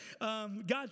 God